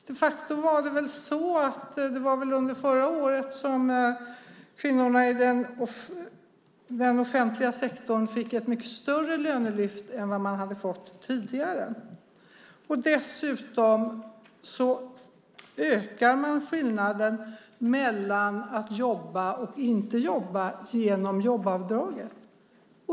De facto var det väl under förra året som kvinnorna i den offentliga sektorn fick ett mycket större lönelyft än vad de hade fått tidigare. Dessutom ökar man skillnaden mellan att jobba och inte jobba genom jobbavdraget.